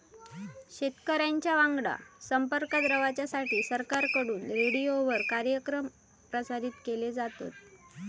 शेतकऱ्यांच्या वांगडा संपर्कात रवाच्यासाठी सरकारकडून रेडीओवर कार्यक्रम प्रसारित केले जातत